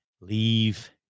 Leave